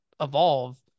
evolve